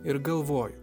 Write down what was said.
ir galvoju